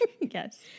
Yes